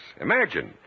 Imagine